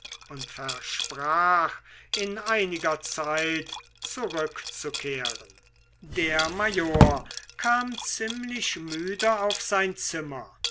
und versprach in einiger zeit zurückzukehren der major kam ziemlich müde auf sein zimmer